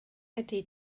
ydy